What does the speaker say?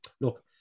look